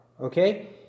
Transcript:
okay